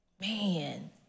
man